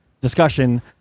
discussion